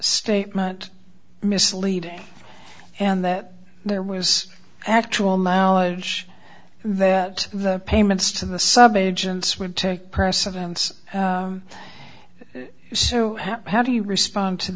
statement misleading and that there was actual mileage that the payments to the subagents would take precedence so how do you respond to